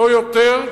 לא יותר,